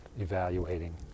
evaluating